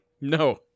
No